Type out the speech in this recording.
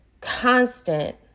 constant